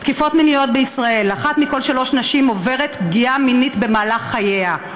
תקיפות מיניות בישראל: אחת מכל שלוש נשים עוברת פגיעה מינית במהלך חייה,